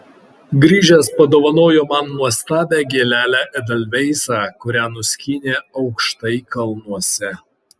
grįžęs padovanojo man nuostabią gėlelę edelveisą kurią nuskynė aukštai kalnuose